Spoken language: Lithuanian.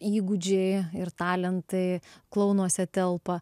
įgūdžiai ir talentai klounuose telpa